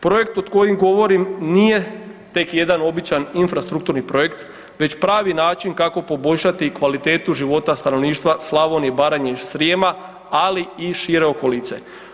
Projekt o kojem govorim nije tek jedan običan infrastrukturni projekt već pravi način kako poboljšati kvalitetu života stanovništva Slavonije, Baranje i Srijema ali i šire okolice.